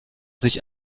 sich